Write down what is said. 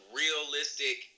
realistic